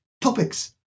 topics